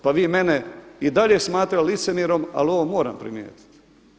Pa vi mene i dalje smatrali licemjerom ali ovo moram primijetiti.